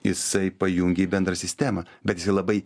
jisai pajungia į bendrą sistemą bet jisai labai